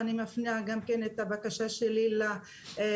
אני מפנה גם כן את הבקשה שלי לאחראים